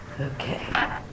Okay